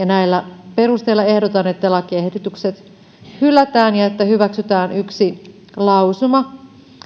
näillä perusteilla ehdotan että lakiehdotukset hylätään ja että hyväksytään yksi lausuma